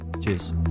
Cheers